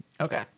Okay